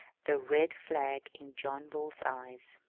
the red flag in john bull's eyes.